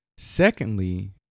secondly